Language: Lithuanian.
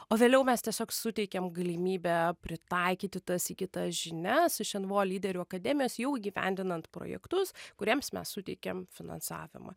o vėliau mes tiesiog suteikiam galimybę pritaikyti tas įgytas žinias iš nvo lyderių akademijos jau įgyvendinant projektus kuriems mes suteikiam finansavimą